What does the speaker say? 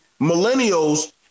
millennials